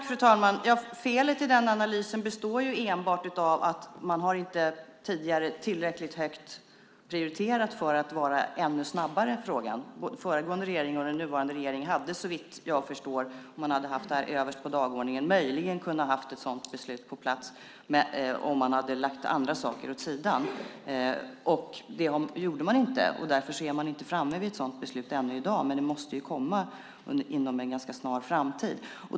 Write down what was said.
Fru talman! Felet i den analysen ligger enbart i att man tidigare inte prioriterat frågan tillräckligt och därmed varit ännu snabbare. Om den föregående och den nuvarande regeringen hade satt frågan överst på dagordningen hade de, såvitt jag förstår, möjligen kunnat ha ett sådant beslut på plats om de lagt andra saker åt sidan. Det gjorde man nu inte, och därför är man i dag inte framme vid ett sådant beslut ännu. Det måste dock komma inom en ganska snar framtid.